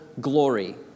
glory